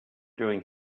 doing